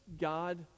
God